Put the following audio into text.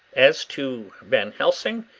as to van helsing,